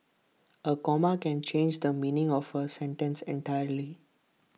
A comma can change the meaning of A sentence entirely